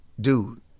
dude